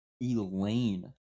Elaine